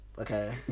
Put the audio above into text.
Okay